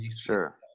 Sure